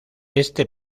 este